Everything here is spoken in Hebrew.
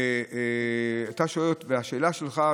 השאלה שלך,